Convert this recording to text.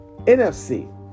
NFC